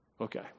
Okay